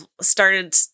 started